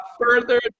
further